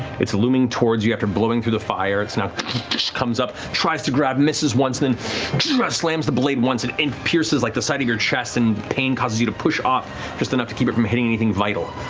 it's looming towards you after blowing through the fire. it's now comes up, tries to grab, misses once, then slams the blade once and it pierces like the side of your chest and the pain causes you to push off just enough to keep it from hitting anything vital.